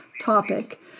topic